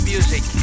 Music